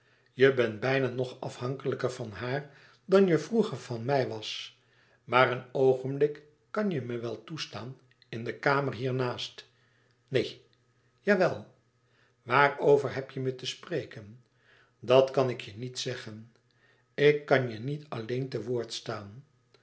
je bent bijna nog afhankelijker van haar dan je vroeger van mij was maar een oogenblik kan je me wel toestaan in de kamer hiernaast neen jawel waarover heb je me te spreken dat kan ik hier niet zeggen ik kan je niet alleen te woord staan